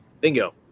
Bingo